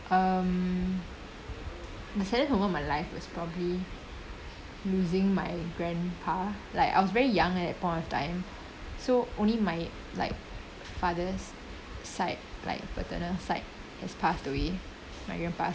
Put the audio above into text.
um the saddest moment of my life was probably losing my grandpa like I was very young at that point of time so only my like father's side like paternal side has passed away my grandpa